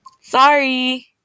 Sorry